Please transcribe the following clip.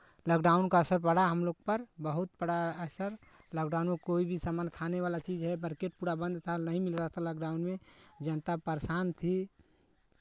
lockdown का असर पड़ा हम लोग पर बहुत पड़ा असर लॉकडाउन में कोई भी सामान खाने वाला चीज़ है मार्केट पूरा बंद था नहीं मिल रहा था लॉकडाउन में जनता परेशान थी